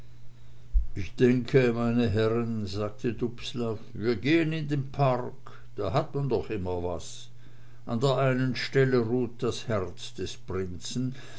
ich denke meine herren sagte dubslav wir gehen in den park da hat man doch immer was an der einen stelle ruht das herz des prinzen